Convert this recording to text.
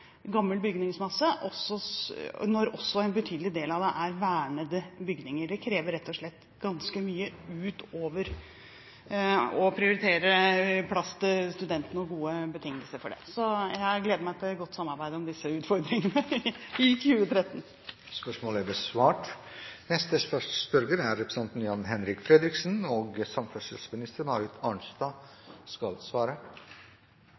gammel bygningsmasse når en betydelig del av det også er vernede bygninger. Det krever rett og slett ganske mye utover det å prioritere plass til studentene og gode betingelser for det. Så jeg gleder meg til godt samarbeid om disse utfordringene i 2013.